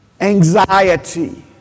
anxiety